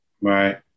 Right